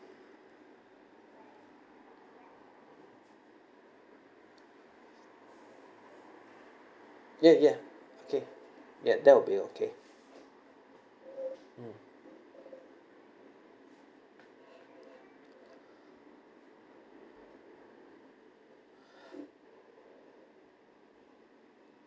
ya ya okay yup that would be okay